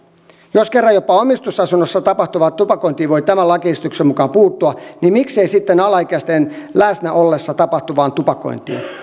jos kerran jopa omistusasunnossa tapahtuvaan tupakointiin voi tämän lakiesityksen mukaan puuttua niin miksei sitten alaikäisten läsnä ollessa tapahtuvaan tupakointiin